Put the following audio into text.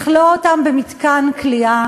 לכלוא אותם במתקן כליאה.